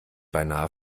beinahe